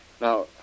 Now